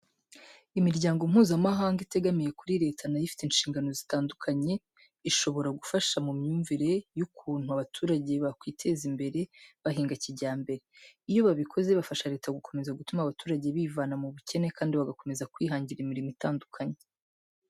Imiryango Mpuzamahanga itegamiye kuri leta na yo ifite inshingano zitandukanye. Ishobora gufasha mu myumvire y'ukuntu abaturage bakiteza imbere bahinga kijyambere. Iyo babikoze bafasha leta gukomeza gutuma abaturage bivana mu bukene kandi bagakomeza kwihangira imirimo itandukanye.